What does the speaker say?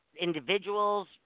individuals